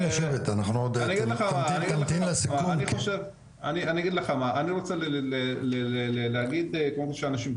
אני רוצה להגיד לאנשים,